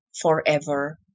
forever